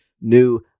new